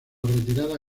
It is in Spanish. retirada